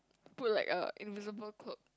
put like a invisible cloak